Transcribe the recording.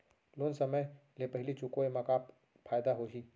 Loan समय ले पहिली चुकाए मा का फायदा होही?